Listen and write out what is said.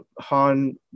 Han